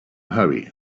hurry